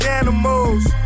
animals